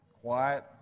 quiet